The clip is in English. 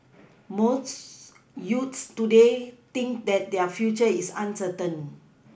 most youths today think that their future is uncertain